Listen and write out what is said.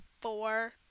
four